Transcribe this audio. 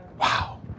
Wow